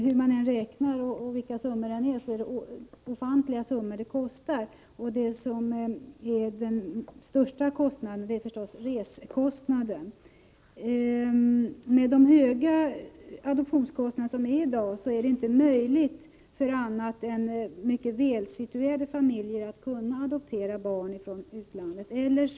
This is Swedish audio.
Hur man än räknar och vilka summor det än rör sig om, så är det ofantliga belopp, och den största posten är resekostnaden. Med de höga adoptionskostnader som förekommer i dag är det inte möjligt för andra än mycket välsituerade familjer att adoptera barn från utlandet.